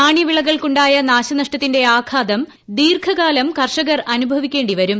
നാണ്യവിളകൾക്ക് ഉണ്ടായ നാശനഷ്ടത്തിന്റെ ആഘാതം ദീർഘകാലം കർഷകർ അനുഭവിക്കേണ്ടിവരും